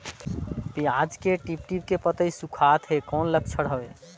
पियाज के टीप टीप के पतई सुखात हे कौन लक्षण हवे?